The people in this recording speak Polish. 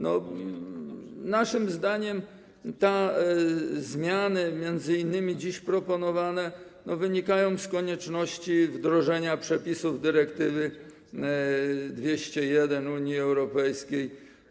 Naszym zdaniem te zmiany, m.in. dziś proponowane, wynikają z konieczności wdrożenia przepisów dyrektywy Unii Europejskiej.